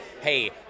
hey